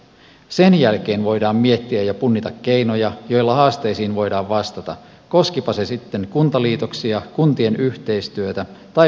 sen jälkeen voidaan miettiä ja punnita keinoja joilla haasteisiin voidaan vastata koskipa se sitten kuntaliitoksia kuntien yhteistyötä tai palveluprosessien uudistamista